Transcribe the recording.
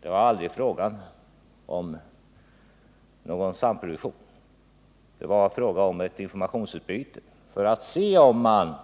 Det var aldrig fråga om någon samproduktion, utan det var fråga om ett informationsutbyte för att se om man